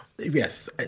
Yes